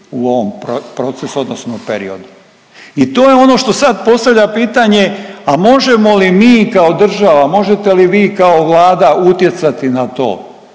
u ovom procesu odnosno periodu. I to je ono što sad postavlja pitanje, a možemo li mi kao država, možete li vi kao Vlada utjecati na to?